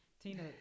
Tina